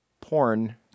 Porn